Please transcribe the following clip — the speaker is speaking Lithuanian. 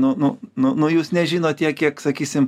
nu nu nu nu jūs nežinot tiek kiek sakysim